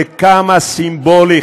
וכמה סימבולי,